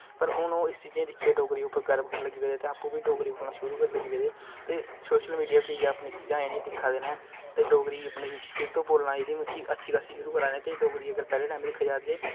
पर हून ओह चिजां गी दिक्खियै डोगरी उपर गर्ब करन लग्गी पेदे ते आपू बी डोगरी बोलना शुरु करन लगी पेदे ते सोशल मिडिया च इयै अपनी चीजां ते डोगरी अपनी फिर तू बोलना जेहकी अच्छी खासी शुरु करां दे ते डोगरी अगल पहले टाइम दिक्खेआ जाए ते